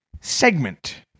segment